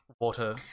water